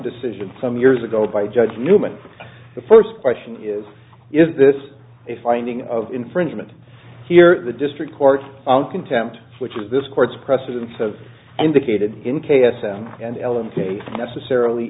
decision some years ago by judge newman the first question is is this a finding of infringement here the district court in contempt which is this court's precedents of indicated in k s and l m k necessarily